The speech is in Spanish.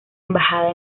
embajada